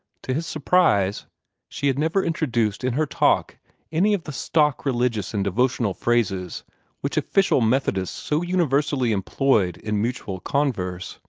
to his surprise she had never introduced in her talk any of the stock religious and devotional phrases which official methodists so universally employed in mutual converse.